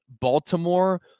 Baltimore